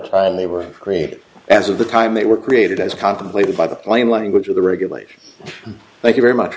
time they were created as of the time they were created as contemplated by the plain language of the regulation thank you very much